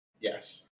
Yes